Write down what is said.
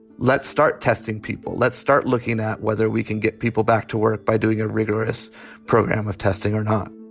let's start testing people. let's start looking at whether we can get people back to work by doing a rigorous program of testing or not